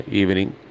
evening